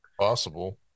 possible